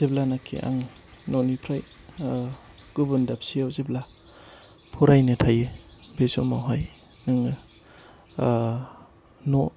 जेब्लानाखि आं न'निफ्राय गुबुन दाबसेयाव जेब्ला फरायनो थायो बे समाव हाय आङो न'